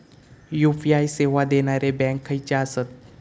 UPI सेवा देणारे bank खयचे आसत?